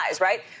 Right